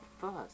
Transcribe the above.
first